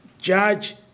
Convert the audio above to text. Judge